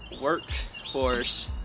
workforce